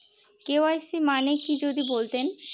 KYC মানে কি যদি বলতেন?